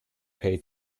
pay